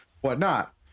whatnot